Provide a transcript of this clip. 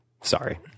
sorry